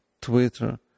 Twitter